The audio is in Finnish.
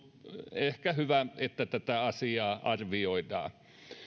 ehkä hyvä että tätä asiaa arvioidaan